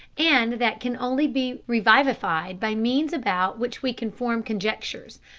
and that can only be revivified by means about which we can form conjectures,